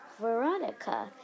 Veronica